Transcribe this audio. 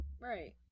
Right